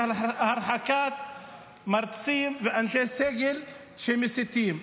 הרחקת מרצים ואנשי סגל שמסיתים.